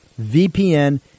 VPN